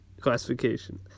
Classification